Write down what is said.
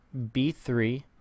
b3